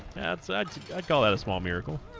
that's i'd i'd call that a small miracle